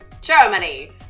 Germany